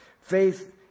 Faith